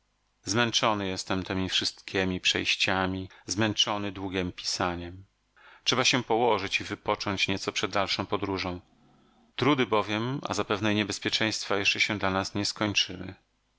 zmęczony jestem temi wszystkiemi przejściami zmęczony długiem pisaniem trzeba się położyć i wypocząć nieco przed dalszą podróżą trudy bowiem a zapewne i niebezpieczeństwa jeszcze się dla nas nie skończyły